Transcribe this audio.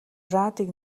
радийг